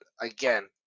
again